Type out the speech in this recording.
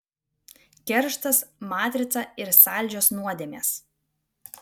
kerštas matrica ir saldžios nuodėmės